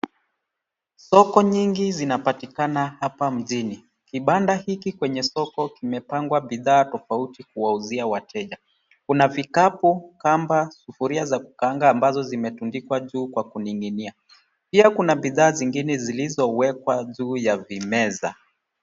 Soko nyingi zinapatikana hapa mjini. Kibanda hiki kwenye soko kimepangwa bidhaa tofauti kuwauzia wateja. Unafikapo kamba, sufuria za kukaanga ambazo zimetundikwa juu kwa kuning'inia. Pia kuna bidhaa zingine zilizowekwa juu ya vimeza.